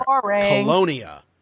colonia